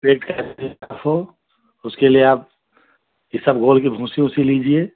पेट हो उसके लिए आप इसबगोल की भूँसा वूंसा लीजिए